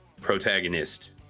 protagonist